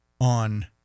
on